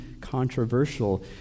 controversial